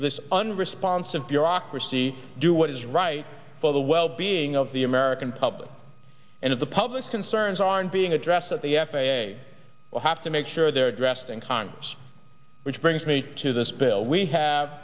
this unresponsive bureaucracy do what is right for the well being of the american public and of the public's concerns aren't being addressed that the f a a will have to make sure they're addressed in congress which brings me to this bill we have